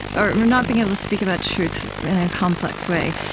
or not being able to speak about truth in a complex way.